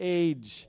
age